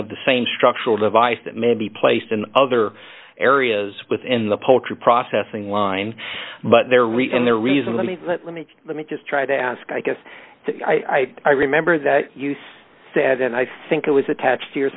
of the same structural device that may be placed in other areas within the poultry processing line but their reach and their reason let me let let me let me just try to ask i guess i remember that you said and i think it was attached